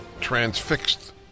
transfixed